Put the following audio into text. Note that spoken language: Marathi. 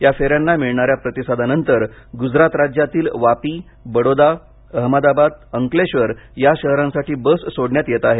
या फेऱ्यांना मिळणाऱ्या प्रतिसादानंतर गुजरात राज्यातील वापी बडोदा अहमदाबाद अंकलेश्वर या शहरांसाठी बस सोडण्यात येत आहेत